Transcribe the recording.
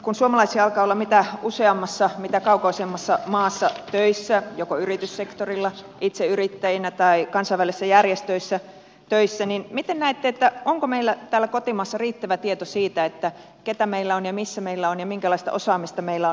kun suomalaisia alkaa olla mitä useammassa mitä kaukaisemmassa maassa töissä joko yrityssektorilla itse yrittäjinä tai kansainvälisissä järjestöissä töissä niin miten näette onko meillä täällä kotimaassa riittävä tieto siitä keitä meillä on ja missä meillä on ja minkälaista osaamista meillä on